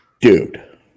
dude